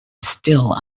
still